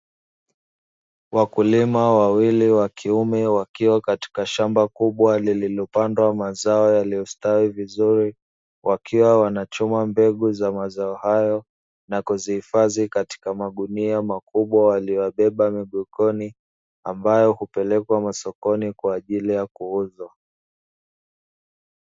Wakulima wawili wa kiume wakiwa katika shamba kubwa lililo pandwa mazao yaliyostawi vizuri, wakiwa wanachuma mbegu za mazao hayo na kuzihifadhi katika magunia makubwa waliyoyabeba mgongoni, ambayo hupelekwa masokoni kwaajili ya kuuzwa.